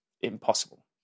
impossible